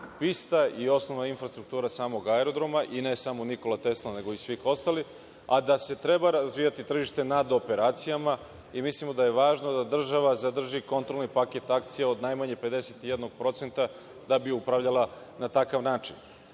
pista i osnovna infrastruktura samog aerodroma i ne samo „Nikola Tesla“, nego i svih ostalih, a da treba razvijati tržište nad operacijama. Mislimo da je važno da država zadrži kontrolni paket akcija od najmanje 51% da bi upravljala na takav način.